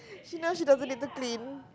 she knows she doesn't need to clean